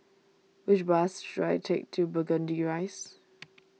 which bus should I take to Burgundy Rise